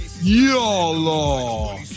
YOLO